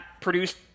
produced